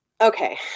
Okay